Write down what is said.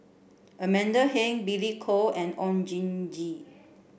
Amanda Heng Billy Koh and Oon Jin Gee